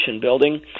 building